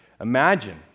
Imagine